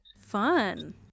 Fun